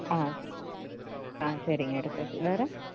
ஆ சே ஆ சரிங்க எடுத்தாச்சு வேறு